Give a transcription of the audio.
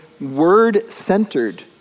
word-centered